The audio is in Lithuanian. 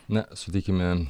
na sutikime